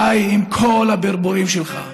די עם כל הברבורים שלך.